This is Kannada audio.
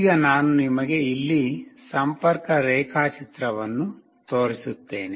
ಈಗ ನಾನು ನಿಮಗೆ ಇಲ್ಲಿ ಸಂಪರ್ಕ ರೇಖಾಚಿತ್ರವನ್ನು ತೋರಿಸುತ್ತೇನೆ